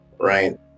right